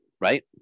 right